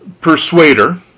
persuader